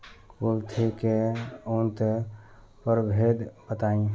कुलथी के उन्नत प्रभेद बताई?